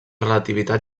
relativitat